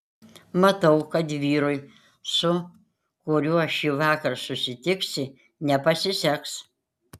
matau kad vyrui su kuriuo šįvakar susitiksi nepasiseks